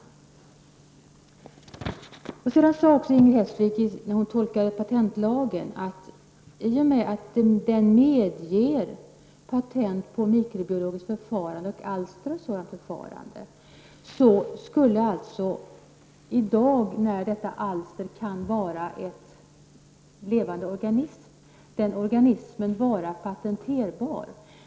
Inger Hestvik sade vidare när hon tolkade patentlagen att i och med att denna medger patent på mikrobiologiskt förfarande och alster av sådant förfarande skulle i dag, när detta alster kan vara en levande organism, denna organism vara patenterbar.